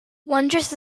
wondrous